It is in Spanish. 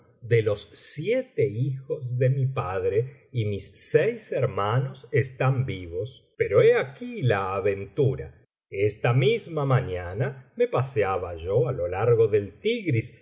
de los siete hijos de mi padre y mis seis hermanos están vivos pero he aquí la aventura esta misma mañana me paseaba yo á lo largo del tigris